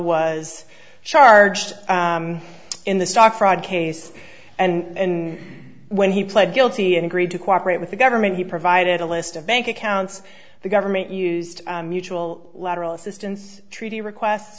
was charged in the stock fraud case and in when he pled guilty and agreed to cooperate with the government he provided a list of bank accounts the government used mutual lateral assistance treaty requests